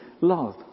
love